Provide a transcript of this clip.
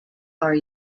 are